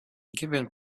given